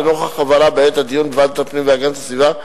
לנוכח הבהרה בעת הדיון בוועדת הפנים והגנת הסביבה,